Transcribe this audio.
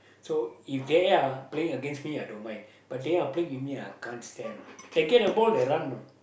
so if they are playing against me I don't mind but they are playing with me ah I can't stand lah they get the ball they run you know